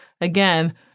Again